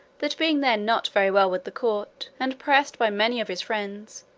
that being then not very well with the court, and pressed by many of his friends,